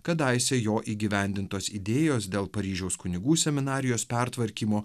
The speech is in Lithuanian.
kadaise jo įgyvendintos idėjos dėl paryžiaus kunigų seminarijos pertvarkymo